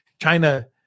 china